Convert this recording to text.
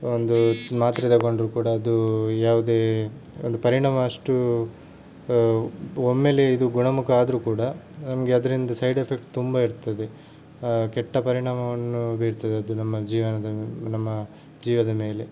ಒಂದು ಮಾತ್ರೆ ತಗೊಂಡ್ರೂ ಕೂಡ ಅದು ಯಾವುದೇ ಒಂದು ಪರಿಣಾಮ ಅಷ್ಟು ಒಮ್ಮೆಲೇ ಇದು ಗುಣಮುಖ ಆದರೂ ಕೂಡ ನಮಗೆ ಅದರಿಂದ ಸೈಡ್ ಎಫೆಕ್ಟ್ ತುಂಬ ಇರ್ತದೆ ಕೆಟ್ಟ ಪರಿಣಾಮವನ್ನು ಬೀರ್ತದೆ ಅದು ನಮ್ಮ ಜೀವನದ ನಮ್ಮ ಜೀವದ ಮೇಲೆ